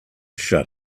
shut